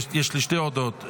הודעות: